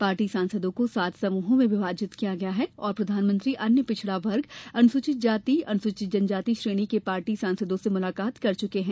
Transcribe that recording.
party सांसदों को सात समूहों में विभाजित किया गया है और प्रधानमंत्री अन्य पिछड़ा वर्ग अनुसूचित जाति और अनुसूचित जनजाति श्रेणी के पार्टी सांसदों से मुलाकात कर चुके हैं